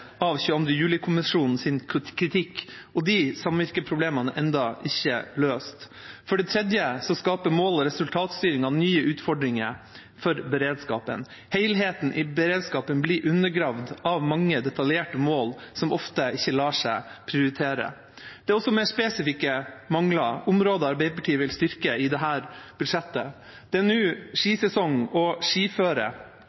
av 22. juli-kommisjonens kritikk, og de samvirkeproblemene er enda ikke løst. For det tredje skaper mål- og resultatstyringen nye utfordringer for beredskapen. Helheten i beredskapen blir undergravd av mange detaljerte mål som ofte ikke lar seg prioritere. Det er også mer spesifikke mangler, områder Arbeiderpartiet vil styrke i dette budsjettet: Det er nå